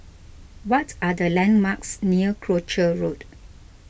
what are the landmarks near Croucher Road